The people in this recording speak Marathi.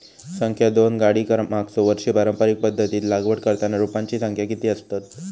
संख्या दोन काडी मागचो वर्षी पारंपरिक पध्दतीत लागवड करताना रोपांची संख्या किती आसतत?